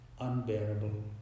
unbearable